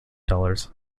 dollars